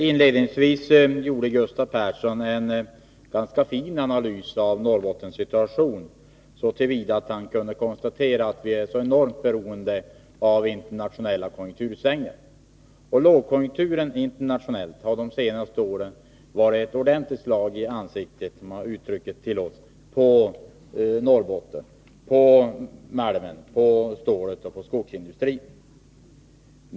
Herr talman! Gustav Persson gjorde inledningsvis en ganska bra analys av Norrbottens situation så till vida att han konstaterade att vi är så enormt beroende av internationella konjunktursvängningar. Den internationella lågkonjunkturen under de senaste åren har — om uttrycket tillåts — inneburit ett ordentligt slag i ansiktet på Norrbotten och dess gruv-, ståloch skogsindustri.